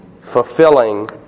fulfilling